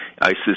ISIS